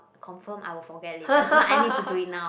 confirm I will forget later so I need to do it now